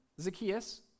Zacchaeus